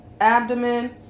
abdomen